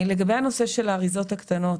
לגבי הנושא של האריזות הקטנות,